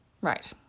Right